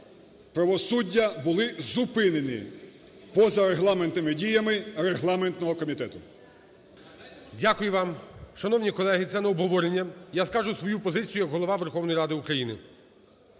правосуддя були зупинені позарегламентими діями регламентного комітету. ГОЛОВУЮЧИЙ. Дякую вам. Шановні колеги, це не обговорення, я скажу свою позицію як Голова Верховної Ради України.